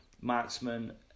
Marksman